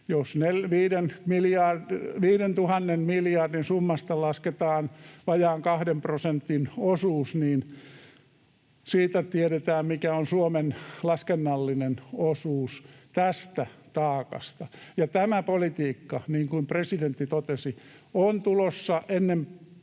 Jos 5 000 miljardin summasta lasketaan vajaan 2 prosentin osuus, niin siitä tiedetään, mikä on Suomen laskennallinen osuus tästä taakasta. Tämä politiikka, niin kuin presidentti totesi, on tulossa ennemmin tai